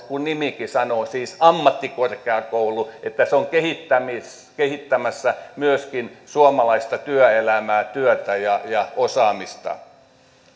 kun nimikin siis sanoo ammattikorkeakoulu sen kannalta että se on kehittämässä myöskin suomalaista työelämää työtä ja ja osaamista